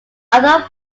other